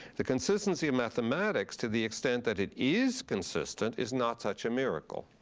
the consistency of mathematics to the extent that it is consistent is not such a miracle.